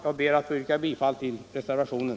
Jag ber att få yrka bifall till reservationen.